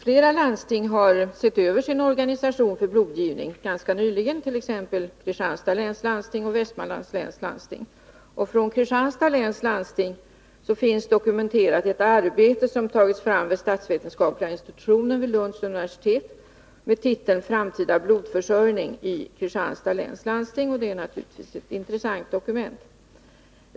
Herr talman! Flera landsting, t. ex Kristianstads läns landsting och Västmanlands läns landsting, har ganska nyligen sett över sin organisation för blodgivning. Från Kristianstads läns landsting finns dokumenterat ett arbete som tagits fram vid statsvetenskapliga institutionen vid Lunds universitet och som har titeln Framtida blodförsörjning i Kristianstads läns landsting. Det är naturligtvis ett intressant dokument.